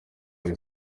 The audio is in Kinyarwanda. huye